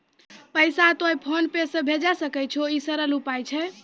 पैसा तोय PhonePe से भैजै सकै छौ? ई सरल उपाय छै?